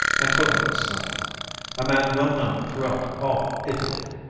antonio's son a man well known throughout all italy.